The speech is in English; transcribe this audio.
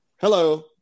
Hello